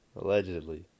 Allegedly